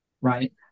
right